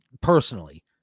personally